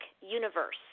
universe